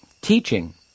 teaching